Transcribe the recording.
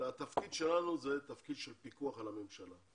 התפקיד שלנו הוא לפקח על הממשלה.